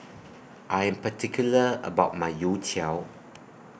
I Am particular about My Youtiao